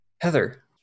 heather